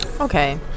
Okay